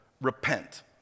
repent